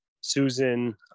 Susan